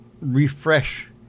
refresh